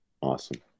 Awesome